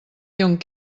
lyon